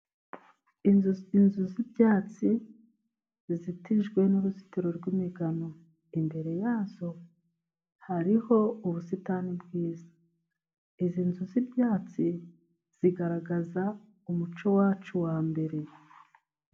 Inzu inzu z'ibyatsi zizitijwe n'uruzitiro rw'imigano imbere yazo hariho ubusitani bwiza izi nzu z'ibyatsi zigaragaza umuco wacu wa mbere.